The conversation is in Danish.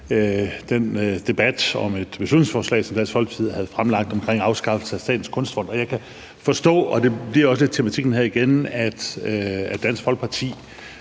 den debat om et beslutningsforslag, som Dansk Folkeparti havde fremsat om afskaffelse af Statens Kunstfond. Jeg kan forstå – og det bliver også lidt tematikken her igen – at Dansk Folkeparti